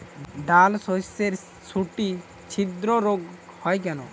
ডালশস্যর শুটি ছিদ্র রোগ হয় কেন?